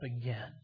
again